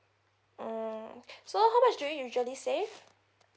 mm so how much do you usually save